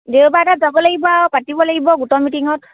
দেওবাৰ এটাত যাব লাগিব আৰু পাতিব লাগিব গোটৰ মিটিঙত